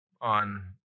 On